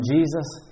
Jesus